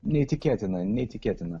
neįtikėtina neįtikėtina